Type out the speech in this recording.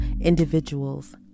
individuals